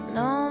no